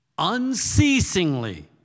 Unceasingly